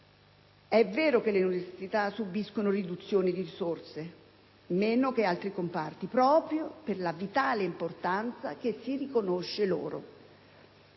È vero che le università subiscono riduzioni di risorse; tuttavia meno che altri comparti, proprio per la vitale importanza che si riconosce loro;